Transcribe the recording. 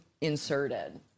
inserted